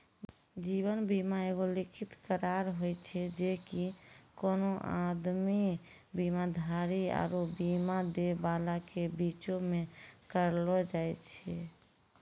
जीवन बीमा एगो लिखित करार होय छै जे कि कोनो आदमी, बीमाधारी आरु बीमा दै बाला के बीचो मे करलो जाय छै